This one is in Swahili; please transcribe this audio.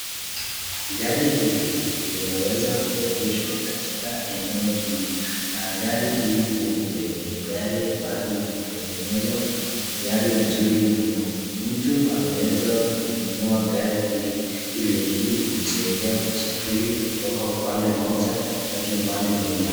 Gari hili limeweza kuegeshwa katika eneo hili na gari hii jeupe ni gari ambalo limetengenezwa na ni gari mzuri mno . Mtu anaweza kununua gari hii ili hili kumsadidia kusafiri kutoka upande mmoja hadi upande mwingine.